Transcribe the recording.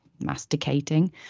masticating